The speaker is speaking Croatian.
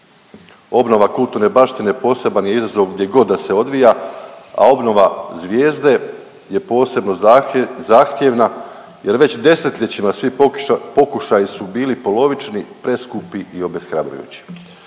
Obnova kulturne baštine poseban je izazov gdje god da se odvija, a obnova zvijezde je posebno zahtjevna jer već desetljećima svi pokušaji su bili polovični, preskupi i obeshrabrujući.